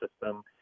system